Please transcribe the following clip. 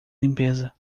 limpeza